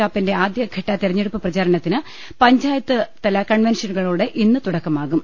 കാപ്പന്റെ ആദ്യഘട്ട തിരഞ്ഞെടുപ്പു പ്രചരണത്തിന് പഞ്ചായത്തു കൺവൻഷനുകളോടെ ഇന്ന് തുടക്കമാകും